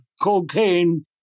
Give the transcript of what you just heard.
cocaine